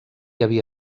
havia